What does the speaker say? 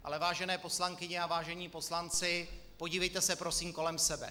Ale vážené poslankyně a vážení poslanci, podívejte se prosím kolem sebe.